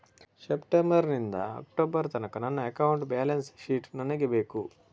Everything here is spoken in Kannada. ಸೆಪ್ಟೆಂಬರ್ ನಿಂದ ಅಕ್ಟೋಬರ್ ತನಕ ನನ್ನ ಅಕೌಂಟ್ ಬ್ಯಾಲೆನ್ಸ್ ಶೀಟ್ ನನಗೆ ಬೇಕು